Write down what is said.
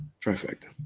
trifecta